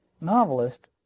novelist